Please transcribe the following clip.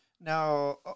Now